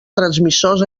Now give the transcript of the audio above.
transmissors